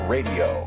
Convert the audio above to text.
Radio